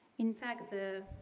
in fact the